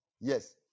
Yes